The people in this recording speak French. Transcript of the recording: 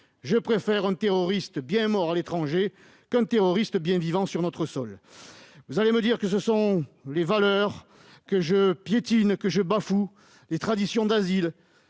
Je préfère un terroriste bien mort à l'étranger à un terroriste bien vivant sur notre sol. Vous allez me dire que ce sont les valeurs que je piétine, que je bafoue les traditions d'asile.